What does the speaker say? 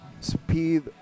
speed